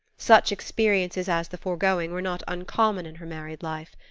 such experiences as the foregoing were not uncommon in her married life.